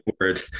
word